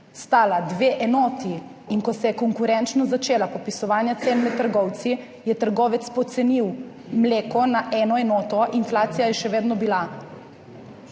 stal dve enoti, je, ko se je začela konkurenčnost popisovanja cen med trgovci, trgovec pocenil mleko na eno enoto, inflacija je še vedno bila.